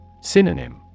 Synonym